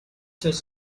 does